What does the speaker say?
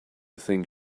think